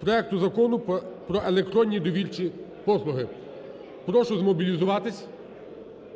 проекту Закону про електронні довірчі послуги. Прошу змобілізуватись